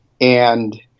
and-